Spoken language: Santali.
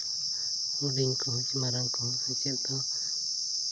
ᱦᱩᱰᱤᱧ ᱠᱚᱦᱚᱸ ᱪᱮ ᱢᱟᱨᱟᱝ ᱠᱚᱦᱚᱸ ᱥᱮᱪᱮᱫ ᱫᱚ